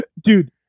dude